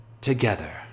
Together